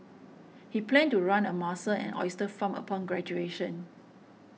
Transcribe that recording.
he planned to run a mussel and oyster farm upon graduation